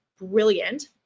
brilliant